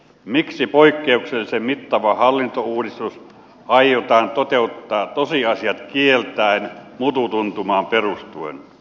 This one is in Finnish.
miksi poikkeuksellisen mittava hallintouudistus aiotaan toteuttaa tosiasiat kieltäen mututuntumaan perustuen